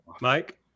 Mike